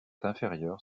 inférieures